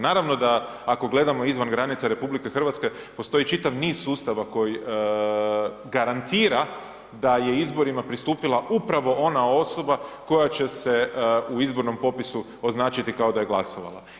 Naravno da ako gledamo izvan granica RH postoji čitav niz sustava koji garantira da je izborima pristupila upravo ona osoba koja će se u izbornom popisu označiti kao da je glasovala.